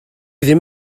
ddim